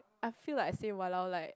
I feel like I say !walao! like